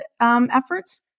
efforts